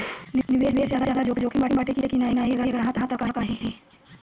निवेस ज्यादा जोकिम बाटे कि नाहीं अगर हा तह काहे?